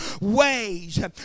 ways